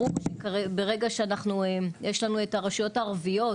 ברור שברגע שאנחנו יש לנו את הרשויות הערביות,